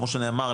כמו שנאמר,